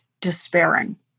despairing